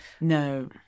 No